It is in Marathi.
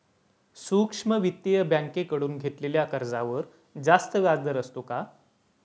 सूक्ष्म वित्तीय बँकेकडून घेतलेल्या कर्जावर जास्त व्याजदर असतो का?